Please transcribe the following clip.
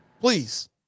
Please